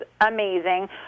amazing